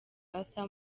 arthur